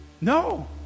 No